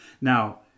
Now